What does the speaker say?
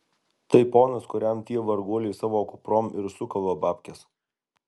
tai ponas kuriam tie varguoliai savo kuprom ir sukala babkes